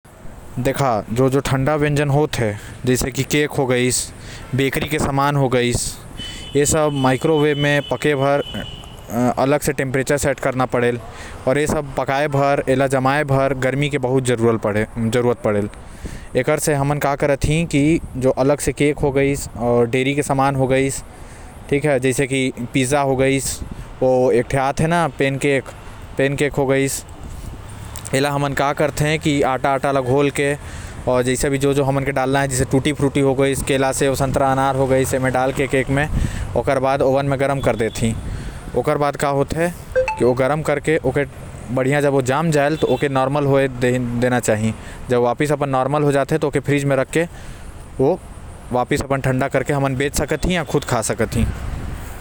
जो जो ठंडा व्यंजन हे जैसे केक हो गइस आऊ बेकरी के सामान हो गाइस माइक्रो वेव म पके बर अलग से टेंपरेचर सेट करे जायल आऊ। ए सब ला पकाए बर गर्मी के बहुत जरूरत रहते। जो डेयरी के सामान है जैसे केक हो गाइस पिज्जा हो गाइस।